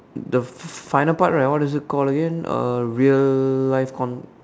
the final part right what is it called again uh real life con~